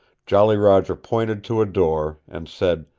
jolly roger pointed to a door, and said,